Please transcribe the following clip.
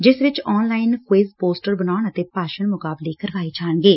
ਜਿਸ ਵਿੱਚ online ਕੁਇਜ਼ਾਂ ਪੋਸਟਰ ਬਣਾਉਣ ਅਤੇ ਭਾਸ਼ਣ ਮੁਕਾਬਲੇ ਕਰਵਾਏ ਜਾਣਗੇ